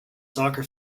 soccer